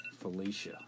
Felicia